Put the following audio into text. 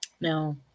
No